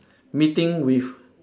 meeting with